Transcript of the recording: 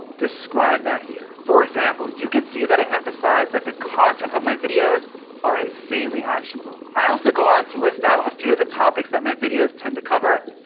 describe that here. for example, you can see that i emphasize that the content of my videos are insanely actionable. i also go on to list out a few of the topics that my videos tend to cover,